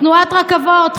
תנועת רכבות,